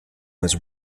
was